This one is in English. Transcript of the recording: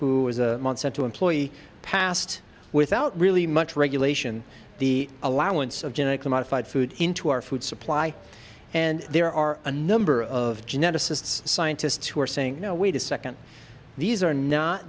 who was a month sent to employee past without really much regulation the allowance of genetically modified food into our food supply and there are a number of geneticists scientists who are saying no wait a second these are not